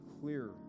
clear